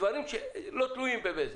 דברים שלא תלויים בבזק.